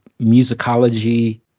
musicology